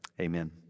Amen